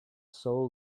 sol